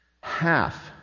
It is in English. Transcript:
Half